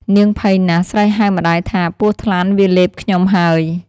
នាងភ័យណាស់ ស្រែកហៅម្ដាយថា “ពស់ថ្លាន់វាលេបខ្ញុំហើយ” ។